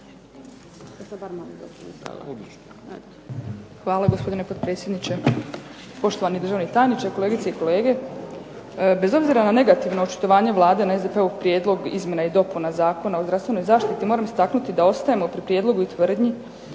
Hvala gospodine potpredsjedniče, poštovani državni tajniče, kolegice i kolege. Bez obzira na negativno očitovanje Vlade na SDP-ov prijedlog izmjena i dopuna Zakona o zdravstvenoj zaštiti moram istaknuti da ostajemo pri prijedlogu i tvrdnji